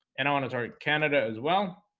and i want to target canada as well